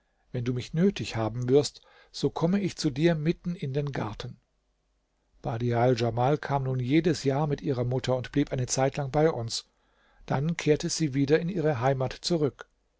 wenn du mich nötig haben wirst so komme ich zu dir mitten in den garten badial djamal kam nun jedes jahr mit ihrer mutter und blieb eine zeitlang bei uns dann kehrte sie wieder in ihre heimat zurück